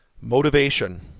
Motivation